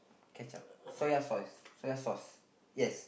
ketchup soya sauce soy sauce yes